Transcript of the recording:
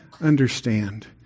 understand